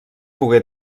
pogué